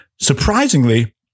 surprisingly